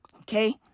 okay